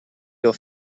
your